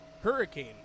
Hurricane